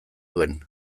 duen